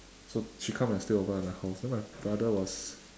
so she come and stay over at my house then my brother was